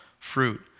fruit